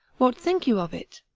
what think you of it?